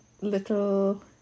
little